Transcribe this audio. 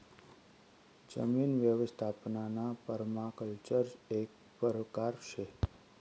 जमीन यवस्थापनना पर्माकल्चर एक परकार शे